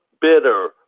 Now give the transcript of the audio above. bitter